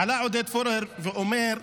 עלה עודד פורר ואומר: